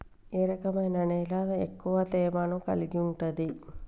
ఏ రకమైన నేల ఎక్కువ తేమను కలిగుంటది?